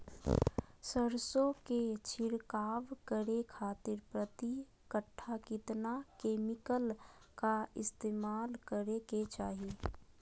सरसों के छिड़काव करे खातिर प्रति कट्ठा कितना केमिकल का इस्तेमाल करे के चाही?